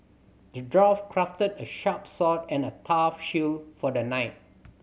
the dwarf crafted a sharp sword and a tough shield for the knight